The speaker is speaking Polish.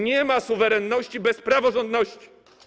Nie ma suwerenności bez praworządności.